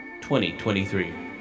2023